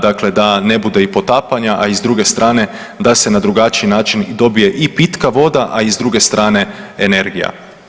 Dakle, da ne bude i potapanja, a i s druge strane da se na drugačiji način dobije i pitka voda, a i s druge strane energija.